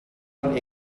von